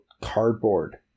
Cardboard